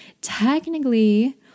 technically